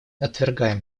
отвергаем